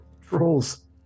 Trolls